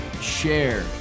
share